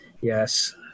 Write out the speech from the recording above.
Yes